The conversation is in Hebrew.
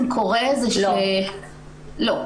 לא.